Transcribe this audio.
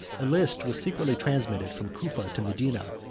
a list was secretly transmitted from cufa to medina,